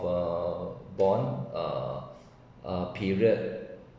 our bond err period